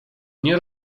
nie